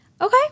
Okay